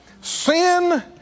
sin